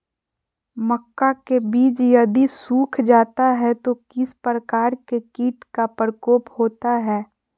मक्का के बिज यदि सुख जाता है तो किस प्रकार के कीट का प्रकोप होता है?